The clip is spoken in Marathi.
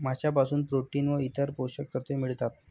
माशांपासून प्रोटीन व इतर पोषक तत्वे मिळतात